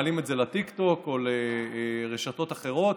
מעלים את זה לטיקטוק או לרשתות אחרות,